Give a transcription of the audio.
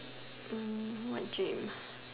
um what dream